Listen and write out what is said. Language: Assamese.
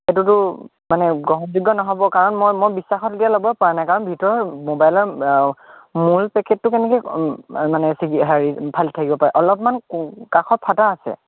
এইটোতো মানে গ্ৰহণযোগ্য নহ'ব কাৰণ মই মই বিশ্বাসত এতিয়া ল'বই পৰা নাই কাৰণ ভিতৰৰ মোবাইলৰ মূল পেকেটটো কেনেকৈ মানে চিগি হেই ভালে থাকিব পাৰে অলপমান কাষত ফাটা আছে